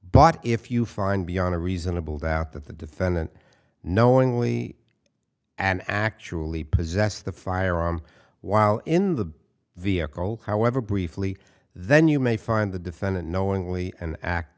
but if you find beyond a reasonable doubt that the defendant knowingly and actually possessed the firearm while in the vehicle however briefly then you may find the defendant knowingly an act